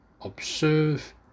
observe